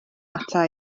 ata